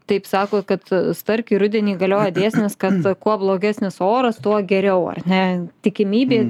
taip sako kad starkiui rudenį galioja dėsnis kad kuo blogesnis oras tuo geriau ar ne tikimybė